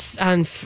on